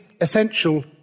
essential